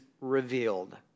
revealed